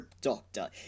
doctor